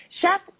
Chef